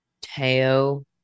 Teo